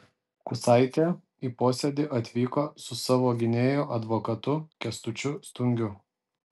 kusaitė į posėdį atvyko su savo gynėju advokatu kęstučiu stungiu